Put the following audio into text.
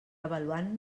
avaluant